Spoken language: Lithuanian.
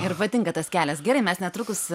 ir patinka tas kelias gerai mes netrukus